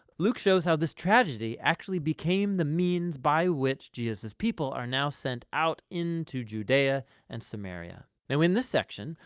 luke shows how this tragedy actually became the means by which jesus' people are now sent out into judea and samaria. now in this section,